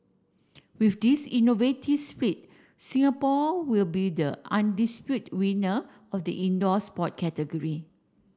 with this innovative split Singapore will be the undispute winner of the indoor sport category